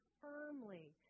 firmly